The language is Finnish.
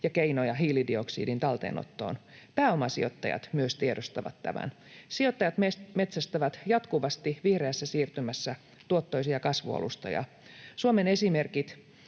ja keinoja hiilidioksidin talteenottoon. Myös pääomasijoittajat tiedostavat tämän. Sijoittajat metsästävät jatkuvasti vihreässä siirtymässä tuottoisia kasvualustoja. Suomen esimerkit